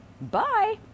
Bye